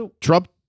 Trump